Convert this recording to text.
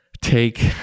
take